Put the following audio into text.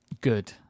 Good